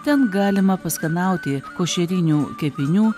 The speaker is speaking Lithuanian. ten galima paskanauti košerinių kepinių